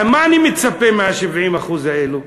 לְמה אני מצפה מה-70% האלה?